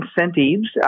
incentives